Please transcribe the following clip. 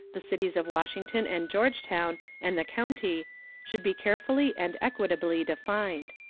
the cities of washington and georgetown, and the county should be carefully and equitably defined.